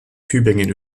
tübingen